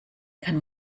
kann